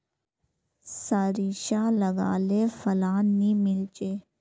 सारिसा लगाले फलान नि मीलचे?